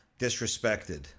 disrespected